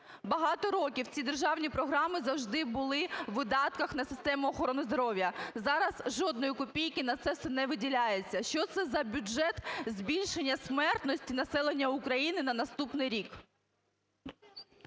Багато років ці державні програми завжди були у видатках на систему охорони здоров'я, зараз жодної копійки на це все не виділяється. Що це за бюджет, збільшення смертності населення України на наступний рік?